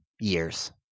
years